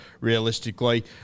realistically